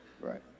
right